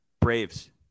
Braves